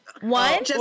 one